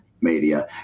media